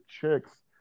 chicks